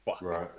Right